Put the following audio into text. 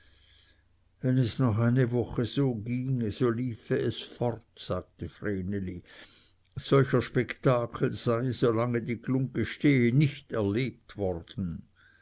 wenn es noch eine woche so ginge so liefe es fort sagte vreneli solcher spektakel sei so lange die glungge stehe nicht erlebt worden